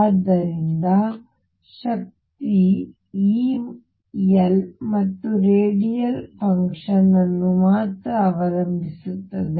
ಆದ್ದರಿಂದ ಶಕ್ತಿ E L ಮತ್ತು ರೇಡಿಯಲ್ ಫಂಕ್ಷನ್ ಅನ್ನು ಮಾತ್ರ ಅವಲಂಬಿಸಿರುತ್ತದೆ